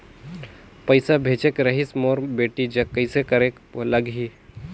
पइसा भेजेक रहिस मोर बेटी जग कइसे करेके लगही?